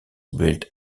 built